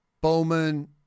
Bowman